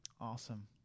Awesome